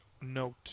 note